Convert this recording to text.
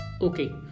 Okay